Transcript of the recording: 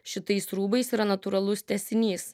šitais rūbais yra natūralus tęsinys